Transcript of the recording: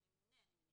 הסוציאלי.